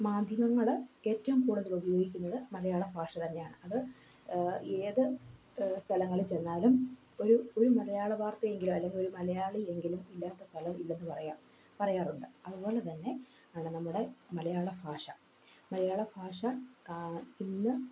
മാധ്യമങ്ങൾ ഏറ്റവും കൂടുതൽ ഉപയോഗിക്കുന്നത് മലയാള ഭാഷ തന്നെയാണ് അത് ഏതു സ്ഥലങ്ങളിൽ ചെന്നാലും ഒരു ഒരു മലയാള വാർത്തയെങ്കിലും അല്ലെങ്കിൽ ഒരു മലയാളി എങ്കിലും ഇല്ലാത്ത സ്ഥലം ഇല്ലെന്ന് പറയാം പറയാറുണ്ട് അതുപോലെതന്നെ ആണ് നമ്മുടെ മലയാള ഭാഷ മലയാള ഭാഷ ഇന്ന്